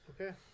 Okay